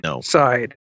side